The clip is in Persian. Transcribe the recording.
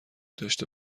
داشته